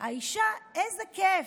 האישה: איזה כיף.